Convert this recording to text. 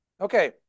Okay